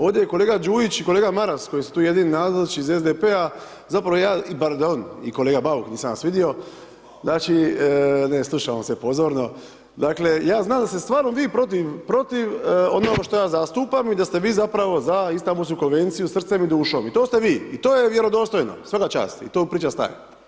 Ovdje je kolega Đujić i kolega Maras koji su tu jedini nazočni iz SDP-a, zapravo ja, i pardon i kolega Bauk, nisam vas vidio, znači, ...... [[Upadica se ne čuje.]] Ne, slušao vas je pozorno, dakle ja znam da ste stvarno vi protiv onoga što ja zastupam i da ste vi zapravo za Istanbulsku konvenciju srcem i dužem i to ste vi i to je vjerodostojno, svaka čast i tu priča staje.